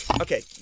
Okay